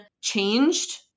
changed